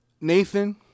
nathan